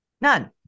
None